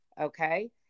okay